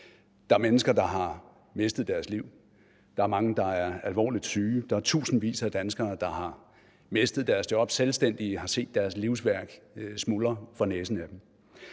Der er mennesker, der har mistet deres liv. Der er mange, der er alvorligt syge. Der er tusindvis af danskere, der har mistet deres job, og selvstændige har set deres livsværk smuldre for næsen af dem.